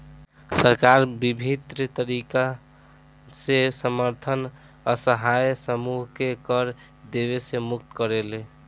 सरकार बिभिन्न तरीकन से असमर्थ असहाय समूहन के कर देवे से मुक्त करेले